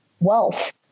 wealth